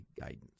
guidance